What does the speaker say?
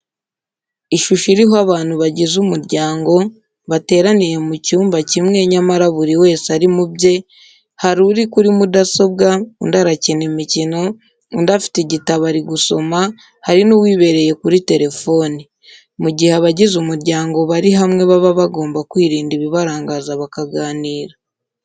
Ishusho iriho abantu bagize umuryango bateraniye mu cyumba kimwe nyamara buri wese ari mu bye, hari uri kuri mudasobwa, undi arakina imikino, undi afite igitabo ari gusoma, hari n'uwibereye kuri telefoni. Mu gihe abagize umuryango bari hamwe baba bagomba kwirinda ibibarangaza bakaganira.